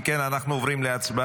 אם כן, אנחנו עוברים להצבעה.